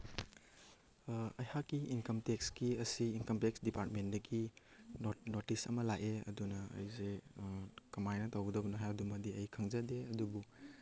ꯑꯩꯍꯥꯛꯀꯤ ꯏꯟꯀꯝ ꯇꯦꯛꯁꯀꯤ ꯑꯁꯤ ꯏꯟꯀꯝ ꯇꯦꯛꯁ ꯗꯤꯄꯥꯔꯠꯃꯦꯟꯗꯒꯤ ꯅꯣꯇꯤꯁ ꯑꯃ ꯂꯥꯛꯑꯦ ꯑꯗꯨꯅ ꯑꯩꯁꯦ ꯀꯃꯥꯏꯅ ꯇꯧꯒꯗꯕꯅꯣ ꯍꯥꯏꯕꯗꯨꯃꯗꯤ ꯑꯩ ꯈꯪꯖꯗꯦ ꯑꯗꯨꯕꯨ